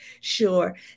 sure